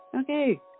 Okay